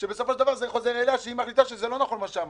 בסופו של דבר זה חוזר אליה שהיא מחליטה שזה לא נכון מה שאמרת.